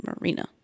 Marina